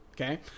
Okay